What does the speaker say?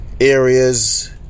areas